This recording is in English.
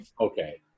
Okay